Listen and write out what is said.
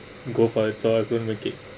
go for it so I couldn't make it